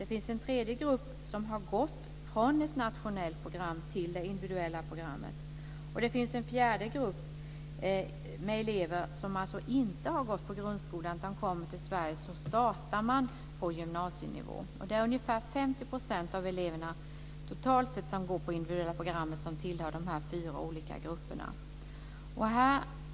Det finns en tredje grupp med elever som har gått från ett nationellt program till det individuella programmet, och det finns en fjärde grupp med elever som inte har gått i grundskolan, utan de har kommit till Sverige och startar på gymnasienivå. Ungefär 50 % av eleverna, som går på det individuella programmet, tillhör de här fyra olika grupperna.